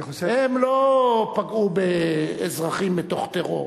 הם לא פגעו באזרחים מתוך טרור,